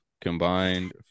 Combined